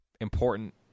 important